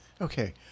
Okay